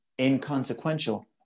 inconsequential